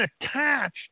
attached